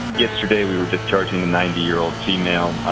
yesterday we were discharging a ninety year old female,